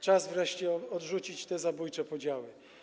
Czas wreszcie odrzucić te zabójcze podziały.